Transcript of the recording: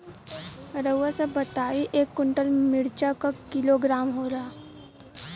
रउआ सभ बताई एक कुन्टल मिर्चा क किलोग्राम होला?